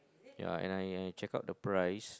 ya and I I check out the price